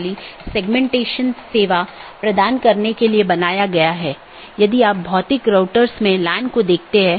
जैसा कि हमने देखा कि रीचैबिलिटी informations मुख्य रूप से रूटिंग जानकारी है